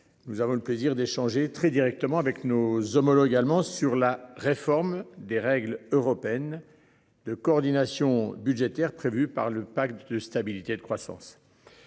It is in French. Nous avons le plaisir d'échanger très directement avec nos homologues allemands sur la réforme des règles européennes. De coordination budgétaire prévu par le pacte de stabilité et de croissance.